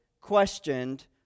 questioned